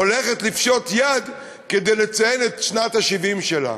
הולכת לפשוט יד כדי לציין את שנת ה-70 שלה?